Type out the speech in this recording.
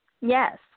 Yes